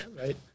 Right